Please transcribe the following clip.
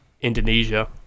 Indonesia